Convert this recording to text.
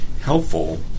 helpful